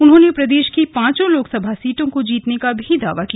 उन्होंने प्रदेश की पांचों लोकसभा सीटों को जीतने का भी दावा किया